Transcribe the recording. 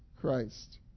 christ